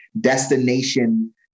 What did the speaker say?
destination